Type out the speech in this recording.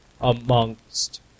amongst